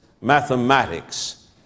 mathematics